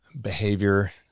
behavior